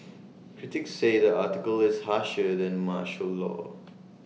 critics say the article is harsher than martial law